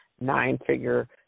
nine-figure